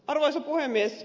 arvoisa puhemies